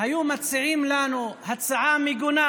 היו מציעים לנו הצעה מגונה,